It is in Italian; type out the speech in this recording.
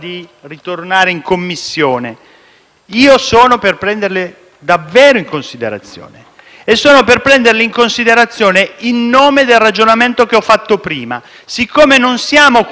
Io sono per prendere davvero in considerazione tali proposte, in nome del ragionamento che ho fatto prima. Siccome non siamo qui a metterci le medaglie di chi